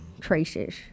traces